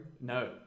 No